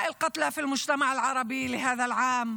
(אומרת בשפה הערבית:).